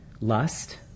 lust